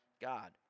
God